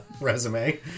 resume